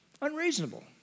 Unreasonable